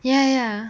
ya ya